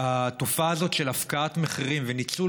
התופעה הזאת של הפקעת מחירים וניצול